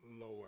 lower